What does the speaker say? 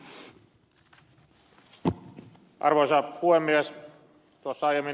tuossa aiemmin ed